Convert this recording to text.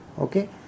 Okay